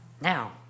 Now